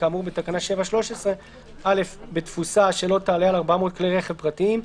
כאמור בתקנה 7(13) (א) בתפוסה שלא תעלה על 400 כלי רכב פרטיים,